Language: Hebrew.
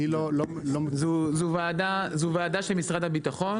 זאת ועדה של משרד הביטחון.